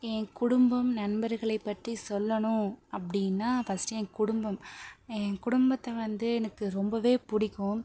என் குடும்பம் நண்பர்களை பற்றி சொல்லணும் அப்படின்னா ஃபஸ்ட் என் குடும்பம் என் குடும்பத்தை வந்து எனக்கு ரொம்பவே பிடிக்கும்